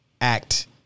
act